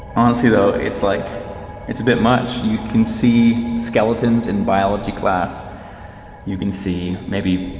honestly though, it's like it's a bit much. you can see skeletons in biology class you can see, maybe,